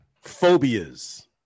phobias